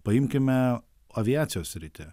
paimkime aviacijos sritį